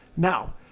Now